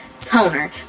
Toner